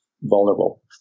vulnerable